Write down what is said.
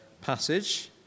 passage